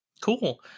cool